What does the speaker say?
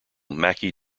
mackie